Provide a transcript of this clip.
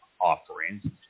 offerings